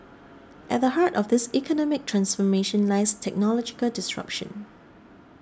at the heart of this economic transformation lies technological disruption